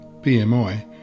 BMI